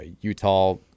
Utah